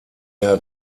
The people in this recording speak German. der